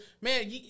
Man